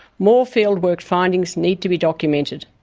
more field work findings need to be documented,